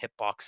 hitbox